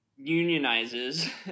unionizes